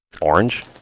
Orange